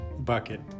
bucket